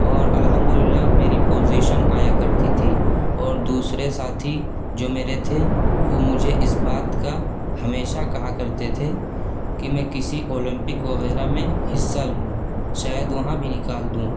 اور الحمد للّہ میری پوزیشن آیا کرتی تھی اور دوسرے ساتھی جو میرے تھے وہ مجھے اس بات کا ہمیشہ کہا کرتے تھے کہ میں کسی اولمپک وغیرہ میں حصّہ لوں شاید وہاں بھی نکال دوں